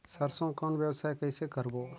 सरसो कौन व्यवसाय कइसे करबो?